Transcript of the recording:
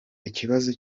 ikibazo